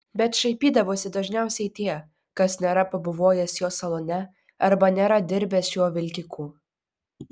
bet šaipydavosi dažniausiai tie kas nėra pabuvojęs jo salone arba nėra dirbęs šiuo vilkiku